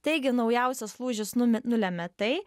taigi naujausias lūžis nume nulemia tai